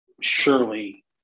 surely